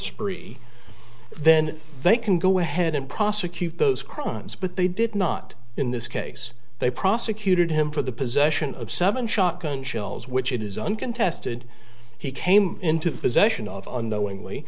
spree then they can go ahead and prosecute those crimes but they did not in this case they prosecuted him for the possession of seven shotgun shells which it is uncontested he came into possession of un